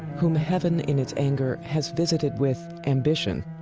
whom heaven, in its anger, has visited with ambition,